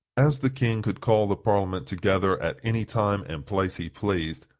as the king could call the parliament together at any time and place he pleased,